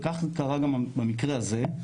וכך קרה גם במקרה הזה,